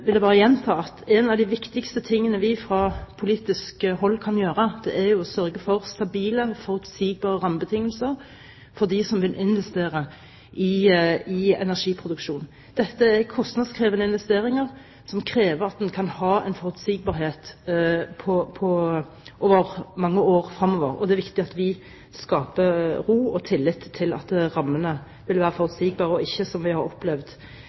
vil investere i energiproduksjon. Dette er kostnadskrevende investeringer som krever at man kan ha en forutsigbarhet i mange år fremover, og det er viktig at vi skaper ro og tillit til at rammene vil være forutsigbare, og ikke, som vi har opplevd